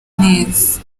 neza